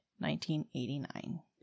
1989